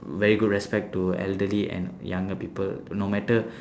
very good respect to elderly and younger people no matter